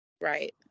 Right